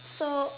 so